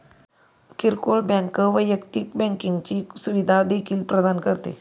किरकोळ बँक वैयक्तिक बँकिंगची सुविधा देखील प्रदान करते